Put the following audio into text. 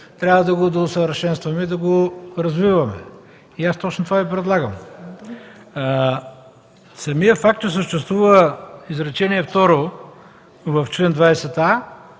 трябва да го доусъвършенстваме и развиваме. Аз точно това Ви предлагам. Самият факт, че съществува изречение второ в чл. 20а,